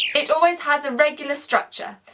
it always has a regular structure.